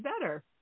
better